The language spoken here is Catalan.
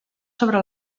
sobre